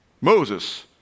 Moses